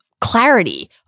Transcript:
clarity